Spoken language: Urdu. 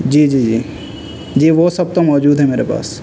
جی جی جی جی وہ سب تو موجود ہے میرے پاس